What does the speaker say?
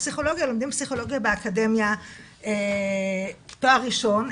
פסיכולוגיה הם לומדים פסיכולוגים באקדמיה תואר ראשון,